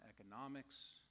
economics